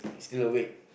still awake